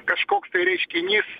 kažkoks tai reiškinys